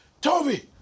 Toby